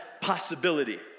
possibility